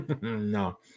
No